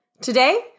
Today